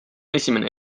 esimene